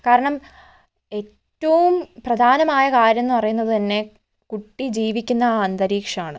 കാരണം ഏറ്റവും പ്രധാനമായ കാര്യമെന്ന് പറയുന്നത് തന്നെ കുട്ടി ജീവിക്കുന്ന ആ അന്തരീക്ഷമാണ്